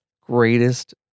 greatest